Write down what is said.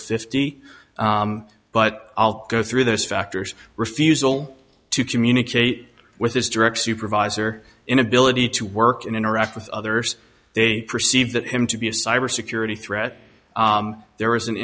dollars but i'll go through those factors refusal to communicate with his direct supervisor inability to work and interact with others they perceive that him to be a cyber security threat there was an